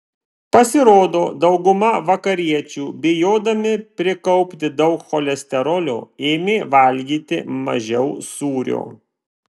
pasirodo dauguma vakariečių bijodami prikaupti daug cholesterolio ėmė valgyti mažiau sūrio